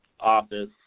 office